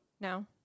No